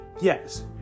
Yes